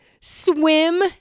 swim